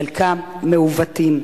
חלקם מעוותים.